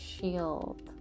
shield